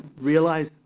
realize